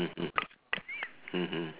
mmhmm mmhmm